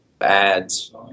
ads